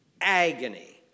agony